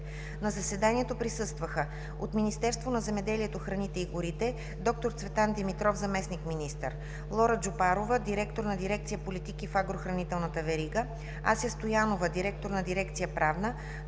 На заседанието присъстваха от Министерство на земеделието, храните и горите: д-р Цветан Димитров – заместник-министър, Лора Джупарова – директор на Дирекция „Политики в агрохранителната верига“, Ася Стоянова – директор на Дирекция „Правна“,